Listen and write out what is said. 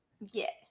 yes